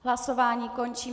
Hlasování končím.